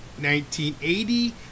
1980